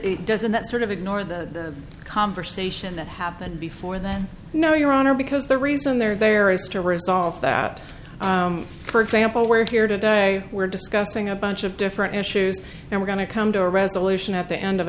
it doesn't that sort of ignore the conversation that happened before then no your honor because the reason there are various to resolve that for example we're here today we're discussing a bunch of different issues and we're going to come to a resolution at the end of